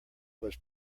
was